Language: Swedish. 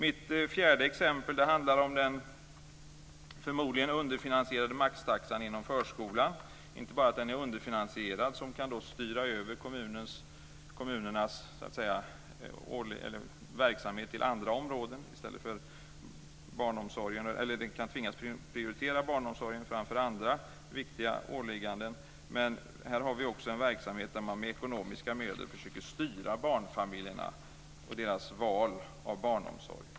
Mitt fjärde exempel handlar om den förmodligen underfinansierade maxtaxan inom förskolan. Problemet är inte bara att den är underfinansierad, vilket gör att kommunernas verksamhet kan styras över till andra områden och att man kan tvinga dem att prioritera barnomsorgen framför andra viktiga åligganden. Här har vi också en verksamhet där man med ekonomiska medel försöker styra barnfamiljerna och deras val av barnomsorg.